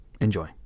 Enjoy